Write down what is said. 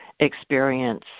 experience